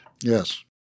Yes